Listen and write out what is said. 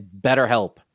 BetterHelp